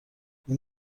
این